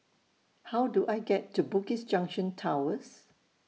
How Do I get to Bugis Junction Towers